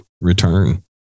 return